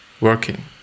working